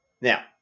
Now